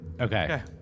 Okay